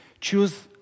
choose